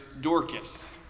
Dorcas